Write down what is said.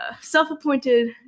self-appointed